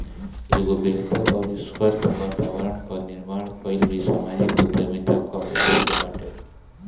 एगो बेहतर अउरी स्वस्थ्य वातावरण कअ निर्माण कईल भी समाजिक उद्यमिता कअ उद्देश्य बाटे